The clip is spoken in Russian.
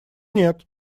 нет